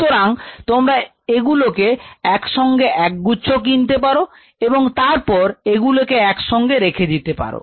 সুতরাং তোমরা এগুলোকে একসঙ্গে একগুচ্ছ কিনতে পারো এবং তারপর এগুলোকে একসঙ্গে রেখে দিতে পারো